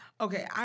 Okay